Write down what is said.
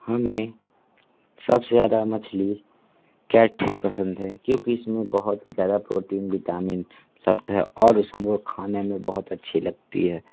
हमें सबसे ज़्यादा मछली कैटफिश पसंद है क्योंकि इसमे बहुत ही ज़्यादा प्रोटीन विटामिन लब्ध है और उसको खाने में बहुत अच्छी लगती है